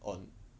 on